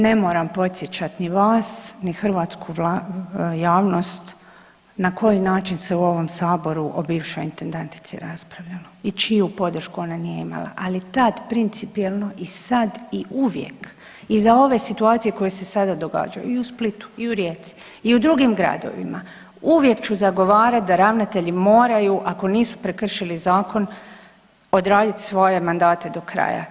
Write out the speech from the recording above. Ne moram podsjećat ni vas, ni hrvatsku javnost na koji način se u ovom saboru o bivšoj intendantici raspravljalo i čiju podršku ona nije imala, ali tad principijelno i sad i uvijek iza ove situacije koje sada događaju i u Splitu i u Rijeci i u drugim gradovima uvijek ću zagovarat da ravnatelji moraju ako nisu prekršili zakon odradit svoje mandate do kraja.